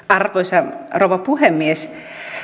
arvoisa rouva puhemies